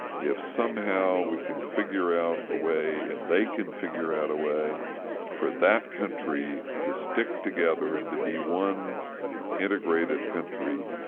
if somehow we can figure out a way and they can figure out a way for that country to stick together and to be one integrated country,